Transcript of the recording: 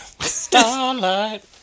Starlight